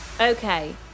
Okay